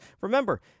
Remember